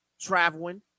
traveling